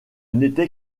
n’était